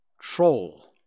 troll